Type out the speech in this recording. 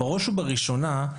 בראש ובראשונה,